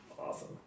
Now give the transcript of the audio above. Awesome